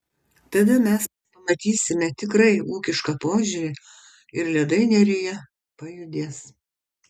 tada mes pamatysime tikrai ūkišką požiūrį ir ledai neryje pajudės